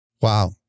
Wow